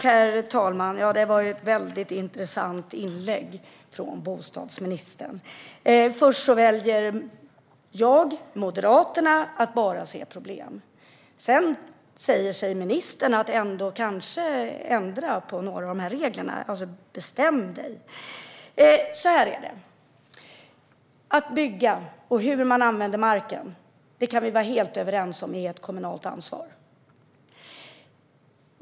Herr talman! Det var ett intressant inlägg från bostadsministern. Först menar han att jag och Moderaterna väljer att bara se problem. Sedan säger ministern att man ändå kanske ska ändra på några av reglerna. Bestäm dig! Så här är det: Vi kan vara helt överens om att det är ett kommunalt ansvar att bygga och hur man använder marken.